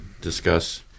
discuss